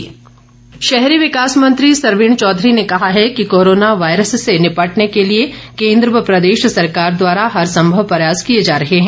सरवीण शहरी विकास मंत्री सरवीण चौधरी ने कहा है कि कोरोना वायरस से निपटने के लिए केन्द्र व प्रदेश सरकार द्वारा हर संभव प्रयास किए जा रहे हैं